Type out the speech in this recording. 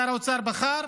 שר האוצר בחר